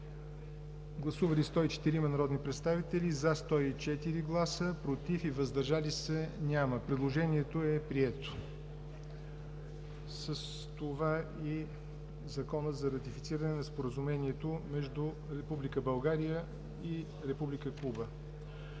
Гласували 104 народни представители: за 104, против и въздържали се няма. Предложението е прието, а с това и Законът за ратифициране на Споразумението между Република България и Република